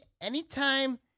anytime